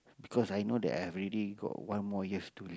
because I know that I have already got one more years to